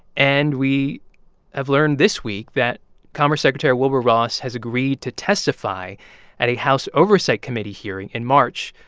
and we have learned this week that commerce secretary wilbur ross has agreed to testify at a house oversight committee hearing in march,